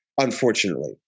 unfortunately